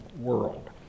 world